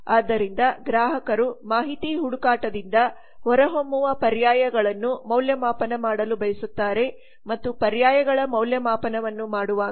ಆದ್ದರಿಂದ ಗ್ರಾಹಕರು ಮಾಹಿತಿ ಹುಡುಕಾಟದಿಂದ ಹೊರಹೊಮ್ಮುವ ಪರ್ಯಾಯಗಳನ್ನು ಮೌಲ್ಯಮಾಪನ ಮಾಡಲು ಬಯಸುತ್ತಾರೆ ಮತ್ತು ಪರ್ಯಾಯಗಳ ಮೌಲ್ಯಮಾಪನವನ್ನು ಮಾಡುವಾಗ